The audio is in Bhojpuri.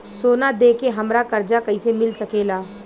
सोना दे के हमरा कर्जा कईसे मिल सकेला?